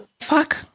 fuck